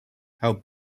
how